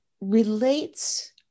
relates